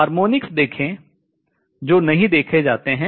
harmonics देखें जो नहीं देखे जाते हैं